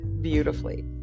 beautifully